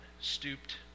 stooped